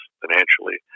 financially